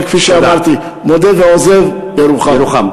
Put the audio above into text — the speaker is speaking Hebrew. אבל כפי שאמרתי, מודה ועוזב ירוחם.